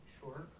Sure